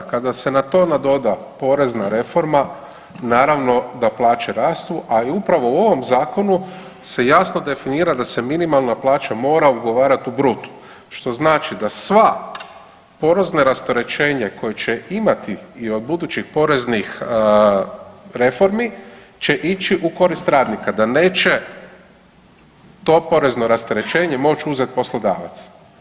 Kada se na to nadoda porezna reforma naravno da plaće rastu, a i upravo u ovom Zakonu se jasno definira da se minimalna plaća mora ugovarati u brutu što znači da sva porezna rasterećenja koja će imati i od budućih poreznih reformi će ići u korist radnika da neće to porezno rasterećenje moći uzeti poslodavac.